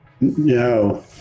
No